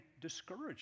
discouraged